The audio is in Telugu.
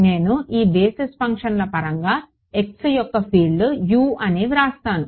నేను ఈ బేసిస్ ఫంక్షన్ల పరంగా x యొక్క ఫీల్డ్ u అని వ్రాస్తాను